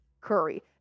Curry